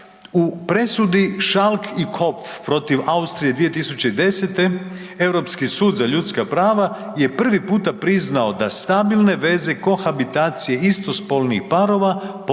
u presudi Šalk i Kopf protiv Austrije 2010. Europski sud za ljudska prava je prvi puta priznao da stabilne veze kohabitacije istospolnih parova